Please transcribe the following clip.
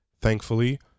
thankfully